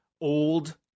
old